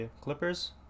Clippers